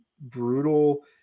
brutal